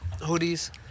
Hoodies